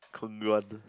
Kong-Guan